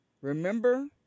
Remember